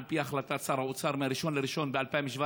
לפי החלטת שר האוצר מ-1 בינואר 2017,